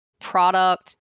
Product